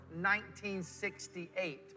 1968